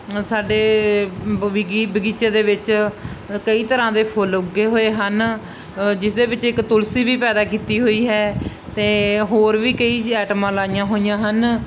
ਸਾਡੇ ਬਬੀਗ ਬਗੀਚੇ ਦੇ ਵਿੱਚ ਕਈ ਤਰ੍ਹਾਂ ਦੇ ਫੁੱਲ ਉੱਗੇ ਹੋਏ ਹਨ ਜਿਸਦੇ ਵਿੱਚ ਇੱਕ ਤੁਲਸੀ ਵੀ ਪੈਦਾ ਕੀਤੀ ਹੋਈ ਹੈ ਅਤੇ ਹੋਰ ਵੀ ਕਈ ਜੀ ਆਈਟਮਾਂ ਲਾਈਆਂ ਹੋਈਆਂ ਹਨ